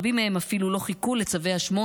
רבים מהם אפילו לא חיכו לצווי 8,